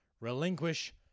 relinquish